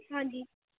ਹਾਂਜੀ